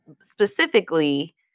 specifically